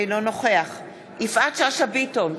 אינו נוכח יפעת שאשא ביטון,